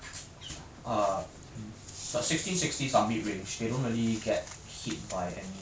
I I no I still think ruby is legit super strong but like early you can't just leave her alone [what]